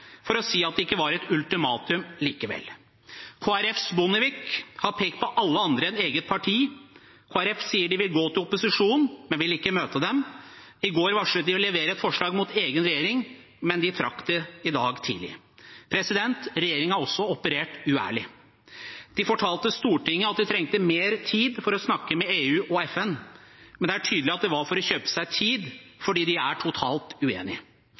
si at det ikke var et ultimatum likevel. Kristelig Folkepartis Bondevik har pekt på alle andre enn eget parti, Kristelig Folkeparti sier de vil gå til opposisjonen, men vil ikke møte dem. I går varslet de at de ville levere et forslag mot egen regjering, men de trakk det i dag tidlig. Regjeringen har også operert uærlig. De fortalte Stortinget at de trengte mer tid for å snakke med EU og FN, men det er tydelig at det var for å kjøpe seg tid – fordi de er totalt uenige.